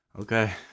Okay